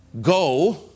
Go